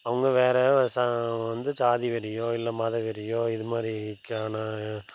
அவங்க வேற ச சாதிவெறியோ இல்லை மத வெறியோ இதுமாதிரிக்கான